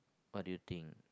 what do you think